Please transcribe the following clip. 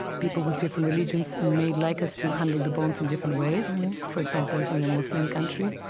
people with different religions may like us to handle the bones in different ways right for example, if we're in a muslim country,